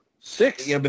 six